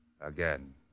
again